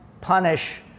punish